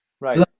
Right